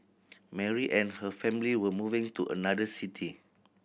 Mary and her family were moving to another city